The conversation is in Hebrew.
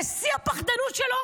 ושיא הפחדנות שלו,